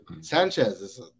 Sanchez